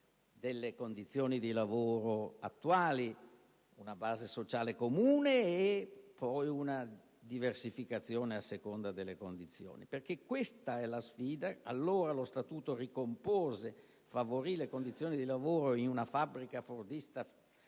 delle condizioni di lavoro attuali, una base sociale comune e poi una diversificazione a seconda delle condizioni, perché questa è la sfida. Allora, lo Statuto ricompose, favorì le condizioni di lavoro in una fabbrica fordista accomunata